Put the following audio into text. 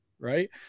Right